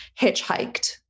hitchhiked